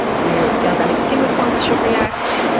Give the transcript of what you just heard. your galvanic skin response should react,